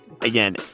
Again